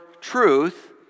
truth